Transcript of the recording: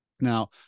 Now